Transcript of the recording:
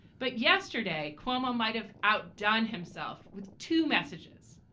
but yesterday, cuomo might have outdone himself with two messages.